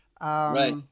Right